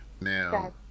now